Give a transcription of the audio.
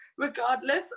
regardless